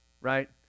right